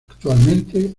actualmente